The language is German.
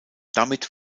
damit